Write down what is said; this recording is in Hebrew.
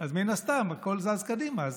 אז מן הסתם הכול זז קדימה.